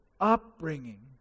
upbringing